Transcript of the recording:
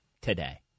today